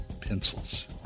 pencils